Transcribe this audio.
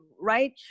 right